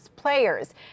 players